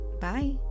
Bye